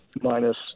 minus